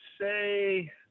say